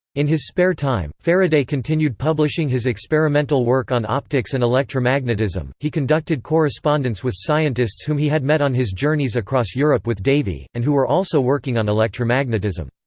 in his spare time, faraday continued publishing his experimental work on optics and electromagnetism he conducted correspondence with scientists whom he had met on his journeys across europe with davy, and who were also working on electromagnetism.